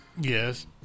Yes